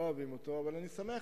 אבל אני שמח